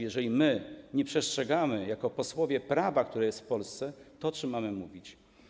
Jeżeli my nie przestrzegamy jako posłowie prawa, które jest w Polsce, to o czym mamy mówić.